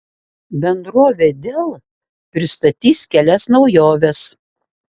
bendrovė dell pristatys kelias naujoves